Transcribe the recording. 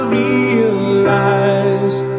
realize